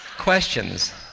questions